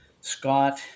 Scott